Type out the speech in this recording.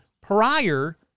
prior